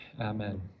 amen